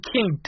King